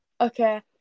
Okay